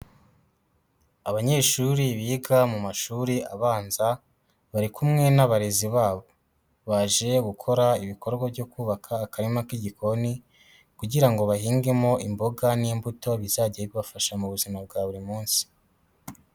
Abanyeshuri biga mu mashuri abanza, bari kumwe n'abarezi babo. Baje gukora ibikorwa byo kubaka akarima k'igikoni, kugira ngo bahingemo imboga n'imbuto bizajya bibafasha mu buzima bwa buri munsi.